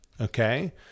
Okay